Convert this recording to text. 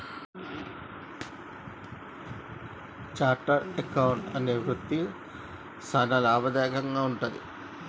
chartered accountant అనే వృత్తి సానా లాభదాయకంగా వుంటది